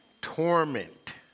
Torment